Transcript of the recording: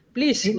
Please